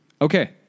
Okay